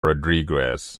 rodriguez